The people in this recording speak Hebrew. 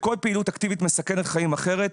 וכל פעילות אקטיבית מסכנת חיים אחרת,